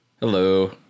Hello